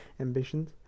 ambitions